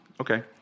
okay